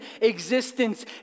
existence